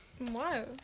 Wow